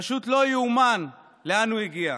פשוט לא ייאמן לאן הוא הגיע.